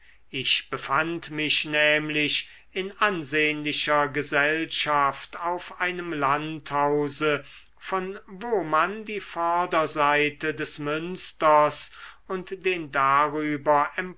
ich befand mich nämlich in ansehnlicher gesellschaft auf einem landhause von wo man die vorderseite des münsters und den darüber